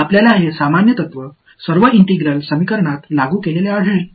இந்த பொதுவான கொள்கையை அனைத்து ஒருங்கிணைந்த சமன்பாட்டிலும் நீங்கள் காண்பீர்கள்